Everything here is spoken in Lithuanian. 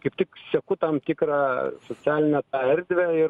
kaip tik seku tam tikrą socialinę tą erdvę ir